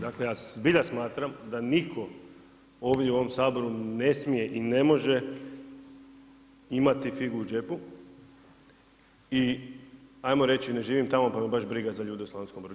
Dakle, ja zbilja smatram da nitko ovdje u ovom Saboru ne smije i ne može imati figu u džepu i ajmo reći, ne živim tamo pa me baš briga za ljude u Slavonskom Brodu.